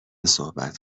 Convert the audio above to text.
صحبت